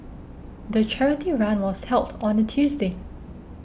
the charity run was held on a Tuesday